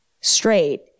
straight